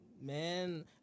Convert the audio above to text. man